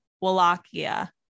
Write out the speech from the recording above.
Wallachia